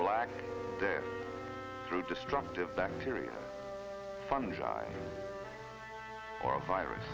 death through destructive bacteria fungi or a virus